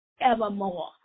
Evermore